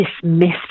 dismissed